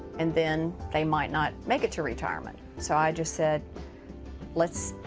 and then they might not make it to retirement. so i just said let's